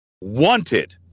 wanted